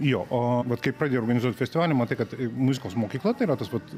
jo o vat kai pradėjau organizuot festivalį matai kad muzikos mokykla tai yra tas pat